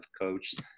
coached